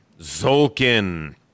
Zolkin